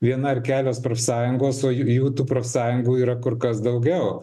viena ar kelios profsąjungos o j jų tų profsąjungų yra kur kas daugiau